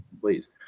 please